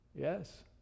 Yes